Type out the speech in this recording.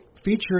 featured